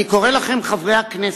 אני קורא לכם, חברי הכנסת,